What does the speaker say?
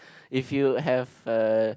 if you have uh